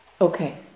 Okay